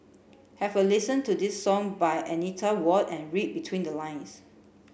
have a listen to this song by Anita Ward and read between the lines